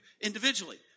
individually